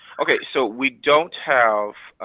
ok, so we don't have.